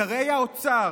שרי האוצר,